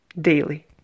daily